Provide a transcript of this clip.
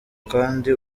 kandi